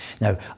Now